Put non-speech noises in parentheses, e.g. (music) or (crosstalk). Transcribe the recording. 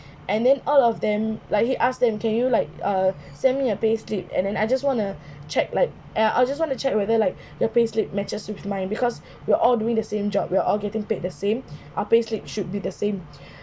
(breath) and then all of them like he asked them can you like uh (breath) send me your payslip and then I just wanna (breath) check like I I just want to check whether like (breath) the payslip matches with mine because (breath) we are all doing the same job we are all getting paid the same (breath) our payslip should be the same (breath)